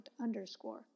underscore